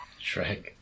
Shrek